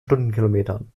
stundenkilometern